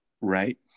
Right